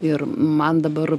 ir man dabar